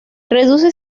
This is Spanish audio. reduce